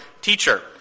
Teacher